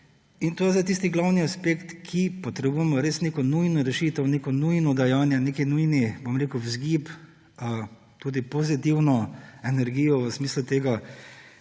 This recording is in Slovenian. je zdaj tisti glavni aspekt, kjer potrebujemo res neko nujno rešitev, neko nujno dejanje, nek nujen vzgib, tudi pozitivno energijo v smislu tega,